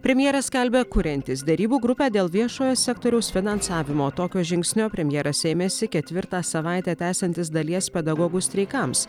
premjeras skelbia kuriantis derybų grupę dėl viešojo sektoriaus finansavimo tokio žingsnio premjeras ėmėsi ketvirtą savaitę tęsiantis dalies pedagogų streikams